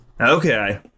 Okay